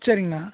சரிங்ண்ணா